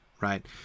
right